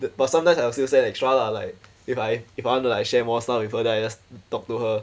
the but sometimes I will still send extra lah like if I if I want to like share more stuff with her then I just talk to her